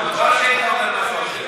הלוואי שהיית אומר דברים אחרים.